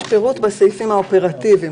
יש פירוט בסעיפים האופרטיביים,